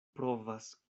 provas